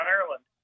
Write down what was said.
Ireland